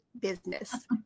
business